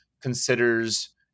considers